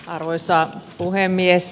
arvoisa puhemies